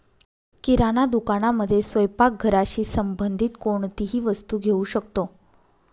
किराणा दुकानामध्ये स्वयंपाक घराशी संबंधित कोणतीही वस्तू घेऊ शकतो